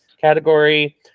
category